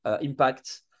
impact